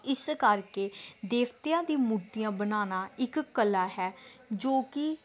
ਇਸ ਕਰਕੇ ਦੇਵਤਿਆਂ ਦੀ ਮੂਰਤੀਆਂ ਬਣਾਉਣਾ ਇੱਕ ਕਲਾ ਹੈ ਜੋ ਕਿ